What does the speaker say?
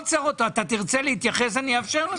תרצה להתייחס, אני אאפשר לך.